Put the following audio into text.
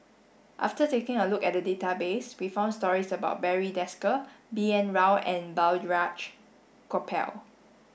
after taking a look at the database we found stories about Barry Desker B N Rao and Balraj Gopal